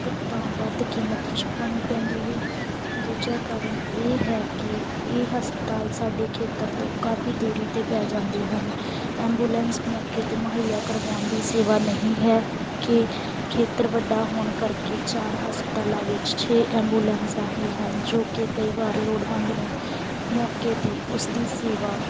ਇੱਕ ਤਾਂ ਵੱਧ ਕੀਮਤ ਚੁਕਾਉਣੀ ਪੈਂਦੀ ਹੈ ਦੂਜਾ ਕਾਰਨ ਇਹ ਹੈ ਕਿ ਇਹ ਹਸਪਤਾਲ ਸਾਡੇ ਖੇਤਰ ਤੋਂ ਕਾਫੀ ਦੂਰੀ 'ਤੇ ਪੈ ਜਾਂਦੇ ਹਨ ਐਂਬੂਲੈਂਸ ਮੌਕੇ 'ਤੇ ਮੁਹੱਈਆ ਕਰਵਾਉਣ ਦੀ ਸੇਵਾ ਨਹੀਂ ਹੈ ਕਿ ਖੇਤਰ ਵੱਡਾ ਹੋਣ ਕਰਕੇ ਚਾਰ ਹਸਪਤਾਲਾਂ ਵਿੱਚ ਛੇ ਐਂਬੂਲੈਂਸਾਂ ਹੀ ਹਨ ਜੋ ਕਿ ਕਈ ਵਾਰ ਲੋੜਵੰਦ ਨੂੰ ਮੌਕੇ 'ਤੇ ਉਸਦੀ ਸੇਵਾ